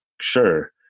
Sure